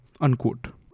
unquote